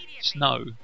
snow